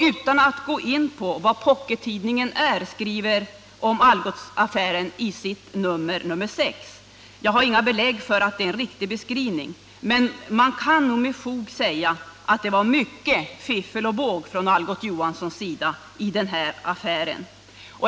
Utan att gå in på vad Pockettidningen R skriver om Algotsaffären i sitt nr 6 — jag har inga belägg för att det är en riktig beskrivning — kan man nog med fog säga att det varit mycket ”fiffel och båg” från Algot Johanssons sida i den här affären.